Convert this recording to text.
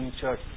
church